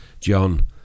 John